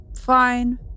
fine